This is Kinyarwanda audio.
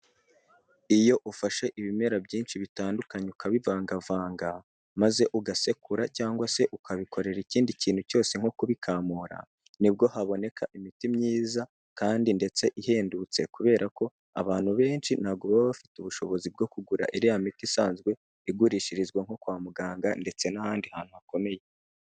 Iyo ufashe ibimera byinshi bitandukanye ukabivangavanga, maze ugasekura cyangwa se ukabikorera ikindi kintu cyose nko kubikamura nibwo haboneka imiti myiza kandi ndetse ihendutse kubera ko abantu benshi ntabwo baba bafite ubushobozi bwo kugura iriya miti isanzwe igurishirizwa nko kwa muganga ndetse n'ahandi hantu hakomeye.